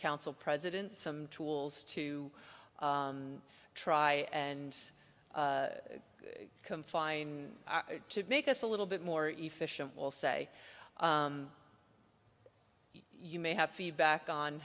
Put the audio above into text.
council president some tools to try and confine to make us a little bit more efficient will say you may have feedback on